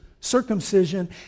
circumcision